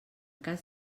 cas